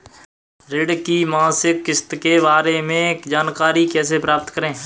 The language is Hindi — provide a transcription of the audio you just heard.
ऋण की मासिक किस्त के बारे में जानकारी कैसे प्राप्त करें?